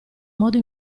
modo